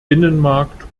binnenmarkt